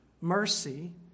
Mercy